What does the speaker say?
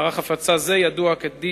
מערך הפצה זה ידוע כ-DTT.